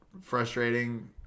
frustrating